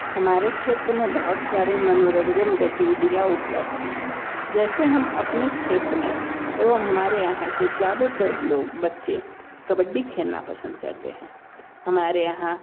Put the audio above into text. हमारे क्षेत्र में बहुत सारे मनोरंजन गतिविधियाँ उपलब्ध हैं जैसे हम अपने क्षेत्र में एवं हमारे यहाँ के ज़्यादातर लोग बच्चे कबड्डी खेलना पसंद करते हैं हमारे यहाँ